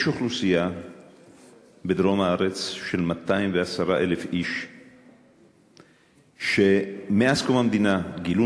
בדרום הארץ יש אוכלוסייה של 210,000 איש שמאז קום המדינה גילו